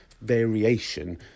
variation